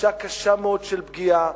תחושה קשה מאוד של פגיעה,